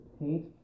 paint